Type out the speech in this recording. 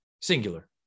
singular